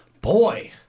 Boy